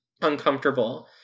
uncomfortable